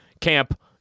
Camp